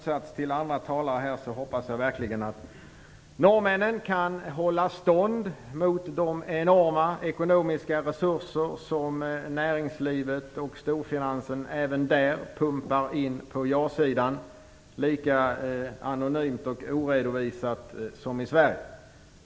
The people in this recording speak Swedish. I motsats till andra talare här hoppas jag verkligen att norrmännen kan hålla stånd mot de enorma ekonomiska resurser som näringslivet och storfinansen även där pumpar in på ja-sidan, lika anonymt och oredovisat som i Sverige.